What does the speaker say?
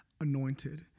anointed